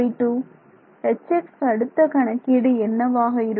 Hx அடுத்த கணக்கீடு என்னவாக இருக்கும்